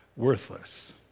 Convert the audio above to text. worthless